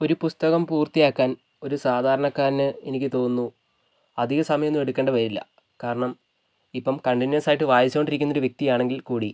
ഒരു പുസ്തകം പൂർത്തിയാക്കാൻ ഒരു സാധാരണക്കാരന് എനിക്ക് തോന്നുന്നു അധികം സമയമൊന്നും എടുക്കേണ്ടവരില്ല കാരണം ഇപ്പം കണ്ടിന്യൂസ് ആയിട്ട് വായിച്ചോണ്ടിരിക്കുന്ന വ്യക്തിയാണെങ്കിൽ കൂടി